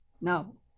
no